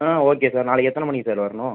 ஆ okay sir நாளைக்கு எத்தனை மணிக்கு சார் வரணும்